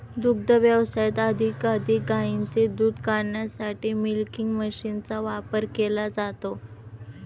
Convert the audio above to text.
दुग्ध व्यवसायात अधिकाधिक गायींचे दूध काढण्यासाठी मिल्किंग मशीनचा वापर केला जातो